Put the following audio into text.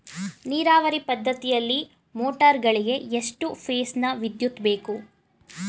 ನೀರಾವರಿ ಪದ್ಧತಿಯಲ್ಲಿ ಮೋಟಾರ್ ಗಳಿಗೆ ಎಷ್ಟು ಫೇಸ್ ನ ವಿದ್ಯುತ್ ಬೇಕು?